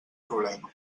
problema